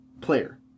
player